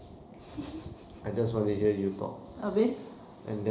habis